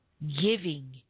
giving